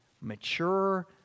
mature